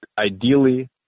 Ideally